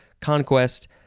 conquest